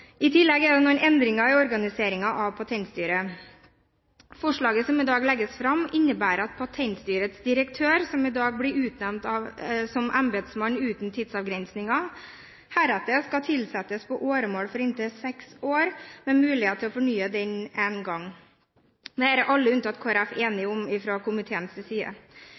I tillegg er det noen endringer i organiseringen av Patentstyret. Forslaget som i dag legges fram, innebærer at Patentstyrets direktør, som i dag blir utnevnt som embetsmann uten tidsavgrensning, heretter skal tilsettes på åremål for inntil seks år, med mulighet til fornyelse én gang. Det er hele komiteen, alle partier unntatt Kristelig Folkeparti, enig om.